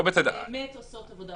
הן באמת עושות עבודת קודש.